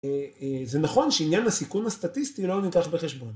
זה נכון שעניין הסיכום הסטטיסטי לא ניקח בחשבון.